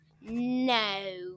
no